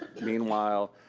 meanwhile,